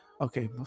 Okay